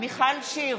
מיכל שיר